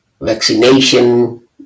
vaccination